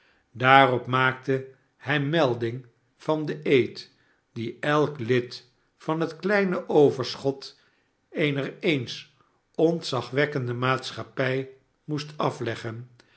daarop maakte hij melding van den eed dien elk lid van het kleine overschot eener eens ontzagwekkende maatschappij moest afleggen